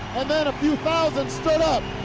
and then a few thousand stood up,